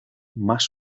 más